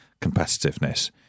competitiveness